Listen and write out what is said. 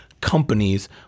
companies